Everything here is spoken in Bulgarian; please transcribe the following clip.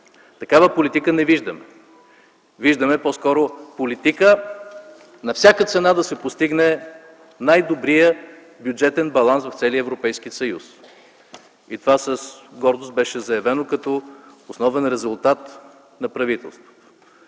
Такава политика не виждаме. Виждаме по-скоро политика на всяка цена да се постигне най-добрият бюджетен баланс в целия Европейски съюз и това с гордост беше заявено като основен резултат на правителството.